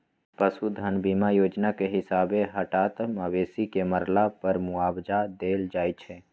पशु धन बीमा जोजना के हिसाबे हटात मवेशी के मरला पर मुआवजा देल जाइ छइ